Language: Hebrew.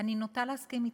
אני נוטה להסכים אתך.